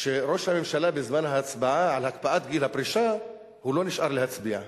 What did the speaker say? שראש הממשלה בזמן ההצבעה על הקפאת גיל הפרישה לא נשאר להצביע,